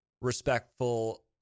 respectful